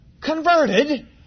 converted